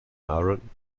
aaron